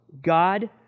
God